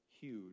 huge